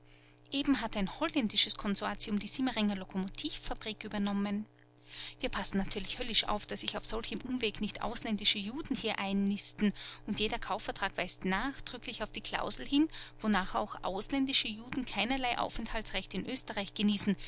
eben hat ein holländisches konsortium die simmeringer lokomotivfabrik übernommen wir passen natürlich höllisch auf daß sich auf solchem umweg nicht ausländische juden hier einnisten und jeder kaufvertrag weist nachdrücklich auf die klausel hin wonach auch ausländische juden keinerlei aufenthaltsrecht in oesterreich genießen